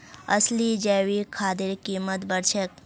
असली जैविक खादेर कीमत बढ़ छेक